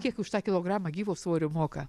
kiek už tą kilogramą gyvo svorio moka